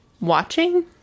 watching